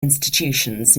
institutions